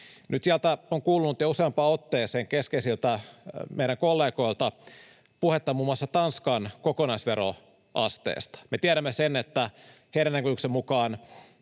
Nyt sieltä on kuulunut jo useampaan otteeseen keskeisiltä meidän kollegoilta puhetta muun muassa Tanskan kokonaisveroasteesta. Me tiedämme sen, että heidän näkemyksensä mukaan